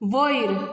वयर